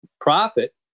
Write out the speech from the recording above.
profit